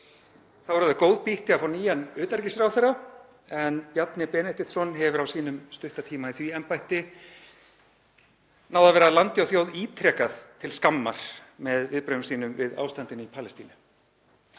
Þá eru það góð býtti að fá nýjan utanríkisráðherra en Bjarni Benediktsson hefur á sínum stutta tíma í því embætti náð að vera landi og þjóð ítrekað til skammar með viðbrögðum sínum við ástandinu í Palestínu.